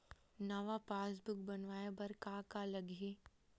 नवा पासबुक बनवाय बर का का लगही?